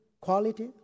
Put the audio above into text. quality